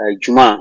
juma